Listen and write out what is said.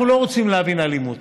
אנחנו לא רוצים להבין אלימות,